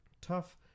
tough